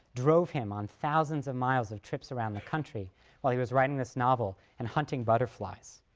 drove him on thousands of miles of trips around the country while he was writing this novel and hunting butterflies,